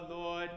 Lord